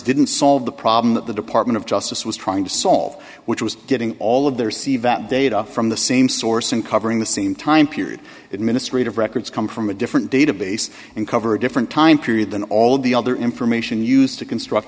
didn't solve the problem that the department of justice was trying to solve which was getting all of their c that data from the same source and covering the same time period it ministry of records come from a different database and cover a different time period than all the other information used to construct